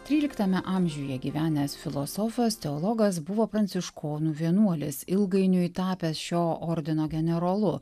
tryliktame amžiuje gyvenęs filosofas teologas buvo pranciškonų vienuolis ilgainiui tapęs šio ordino generolu